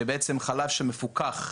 שבעצם חלב שמפוקח,